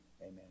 Amen